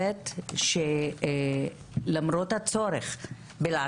חושבת שאם המדינה הייתה מתעקשת על קבלת